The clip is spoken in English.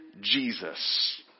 Jesus